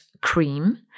cream